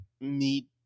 meet